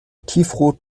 tiefrot